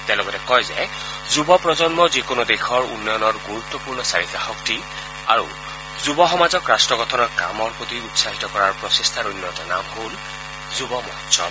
তেওঁ লগতে কয় যে যুৰ প্ৰজন্ম যিকোনো দেশৰ উন্নয়নৰ গুৰুত্পূৰ্ণ চালিকা শক্তি আৰু আৰু যুৱ সমাজক ৰাষ্ট্ৰ গঠনৰ কামৰ প্ৰতি উৎসাহিত কৰাৰ প্ৰচেষ্টাৰ অন্য এটা নাম হল যুৱ মহোৎসৱ